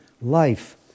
life